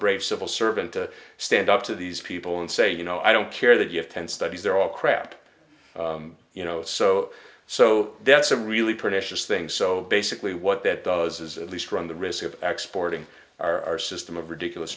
brave civil servant to stand up to these people and say you know i don't care that you have ten studies they're all crap you know so so that's a really pretty sure thing so basically what that does is at least run the risk of exporting our system of ridiculous